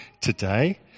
today